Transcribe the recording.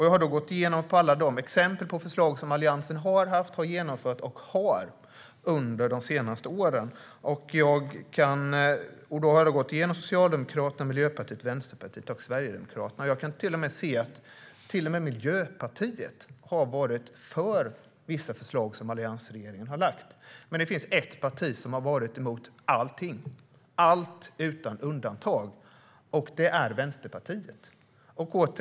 Jag har gått igenom alla exempel på förslag som Alliansen har haft och genomfört under de senaste åren. Jag har också gått igenom alla förslag från Socialdemokraterna, Miljöpartiet, Vänsterpartiet och Sverigedemokraterna och kan se att till och med Miljöpartiet har varit för vissa förslag som alliansregeringen har lagt fram. Men det finns ett parti som utan undantag har varit emot allt, och det är Vänsterpartiet.